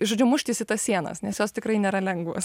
žodžiu muštis į tas sienas nes jos tikrai nėra lengvos